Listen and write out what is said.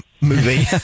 movie